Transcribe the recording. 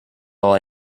all